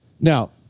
Now